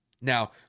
Now